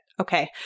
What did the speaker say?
Okay